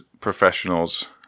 professionals